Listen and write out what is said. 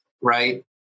right